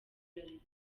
bralirwa